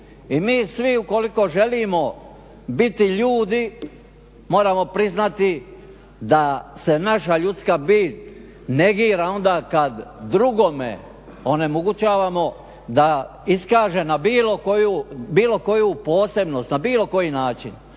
I mi svi ukoliko želimo biti ljudi moramo priznati da se naša ljudska bit negira onda kada drugome onemogućavamo da iskaže na bilo koju posebnost na bilo koji način